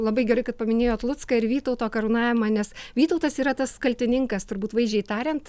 labai gerai kad paminėjot lucką ir vytauto karūnavimą nes vytautas yra tas kaltininkas turbūt vaizdžiai tariant